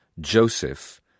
Joseph